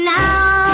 now